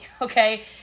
Okay